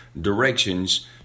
directions